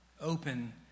open